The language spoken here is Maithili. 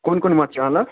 कोन कोन माछ यए अहाँ लग